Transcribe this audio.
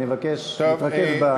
אני מבקש, בסדר.